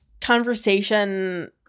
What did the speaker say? conversation